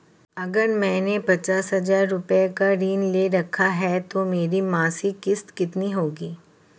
अगर मैंने पचास हज़ार रूपये का ऋण ले रखा है तो मेरी मासिक किश्त कितनी होगी?